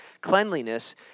cleanliness